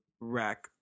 rack